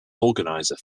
organiser